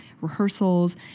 rehearsals